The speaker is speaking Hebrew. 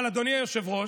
אבל אדוני היושב-ראש,